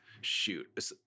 shoot